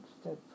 step